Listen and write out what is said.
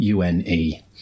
UNE